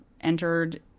entered